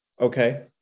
Okay